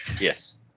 Yes